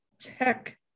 tech